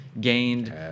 gained